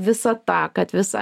visata kad visą